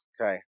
Okay